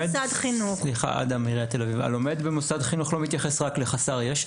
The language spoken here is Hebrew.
הלומד במוסד חינוך לא מתייחס רק לחסר ישע?